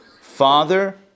father